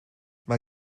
mae